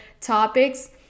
topics